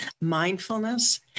mindfulness